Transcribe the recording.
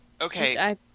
Okay